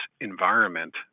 environment